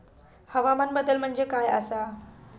हवामान बदल म्हणजे काय आसा?